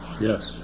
yes